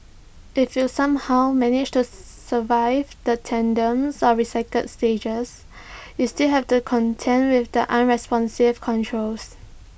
if you somehow manage to survive the tedium of recycled stages you still have to contend with the unresponsive controls